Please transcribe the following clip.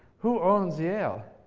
who owns yale?